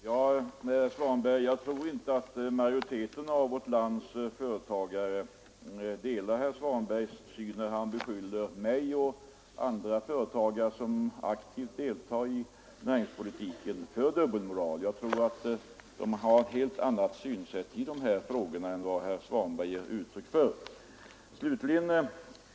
Herr talman! Jag tror inte, herr Svanberg, att majoriteten av vårt lands företagare delar herr Svanbergs syn när han beskyller mig och andra företagare som aktivt deltar i näringspolitiken för dubbelmoral. De har ett helt annat synsätt i dessa frågor än vad näringsutskottets ordförande ger uttryck för.